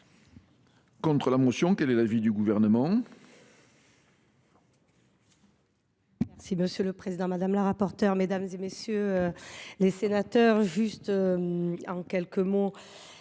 contre la motion ?… Quel est l’avis du Gouvernement ?